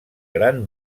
gran